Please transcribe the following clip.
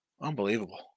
Unbelievable